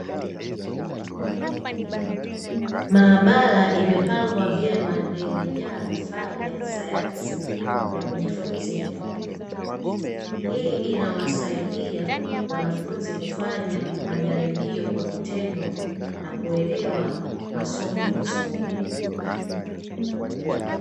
Maabara imepangwa vyema na imejaa vifaa vya kisayansi vya kujifunzia. Hii inawasaidia wanafunzi kufanya majaribio kwa vitendo na kuelewa masomo vizuri.